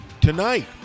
tonight